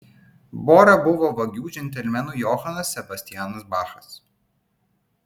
bora buvo vagių džentelmenų johanas sebastianas bachas